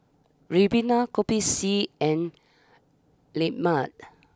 Ribena Kopi C and Lemang